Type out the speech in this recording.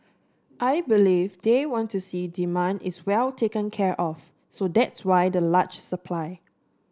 I believe they want to see demand is well taken care of so that's why the large supply